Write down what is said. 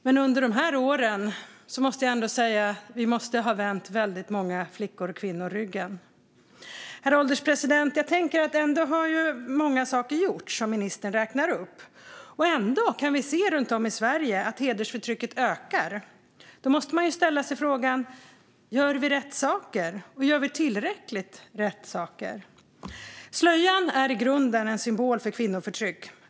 Men jag skulle säga att vi under de här åren måste ha vänt väldigt många flickor och kvinnor ryggen. Herr ålderspresident! Jag tänker att många saker har gjorts, som ministern räknar upp - och ändå kan vi runt om i Sverige se att hedersförtrycket ökar. Då måste man ju ställa sig frågan: Gör vi rätt saker, och gör vi tillräckligt av rätt saker? Slöjan är i grunden en symbol för kvinnoförtryck.